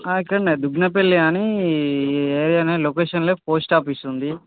ఇక్కడనే దుగ్నపల్లె అని ఈ ఏరియానే లొకేషన్లో పోస్ట్ ఆఫీస్ ఉంది